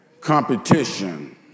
competition